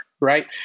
right